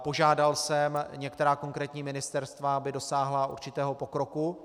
Požádal jsem některá konkrétní ministerstva, aby dosáhla určitého pokroku.